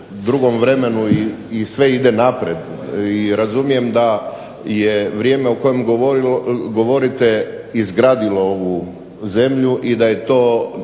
i razumijem da je vrijeme o kojem govorite izgradilo ovu zemlju i da je to